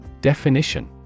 Definition